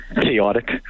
chaotic